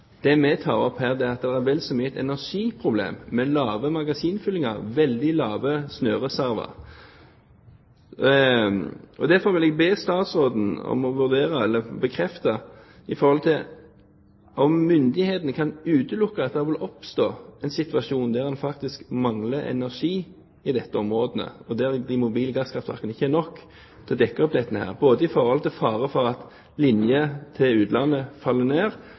det er vel så mye et energiproblem med lave magasinfyllinger, veldig lave snøreserver. Derfor vil jeg be statsråden bekrefte om myndighetene kan utelukke at det vil oppstå en situasjon der en faktisk mangler energi i dette området, og der de mobile gasskraftverkene ikke er nok til å dekke opp mangelen, både i forhold til fare for at linjer til utlandet faller ned,